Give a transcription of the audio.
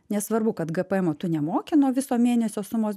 nesvarbu kad gpemo tu nemoki nuo viso mėnesio sumos